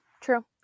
true